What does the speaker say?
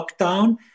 lockdown